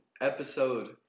episode